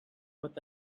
with